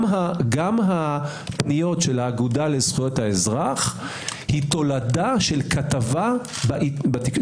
גם הפניות של האגודה לזכויות האזרח היא תולדה של כתבה בתקשורת.